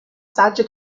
saggio